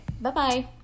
bye-bye